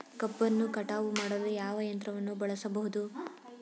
ಕಬ್ಬನ್ನು ಕಟಾವು ಮಾಡಲು ಯಾವ ಯಂತ್ರವನ್ನು ಬಳಸಬಹುದು?